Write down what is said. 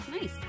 Nice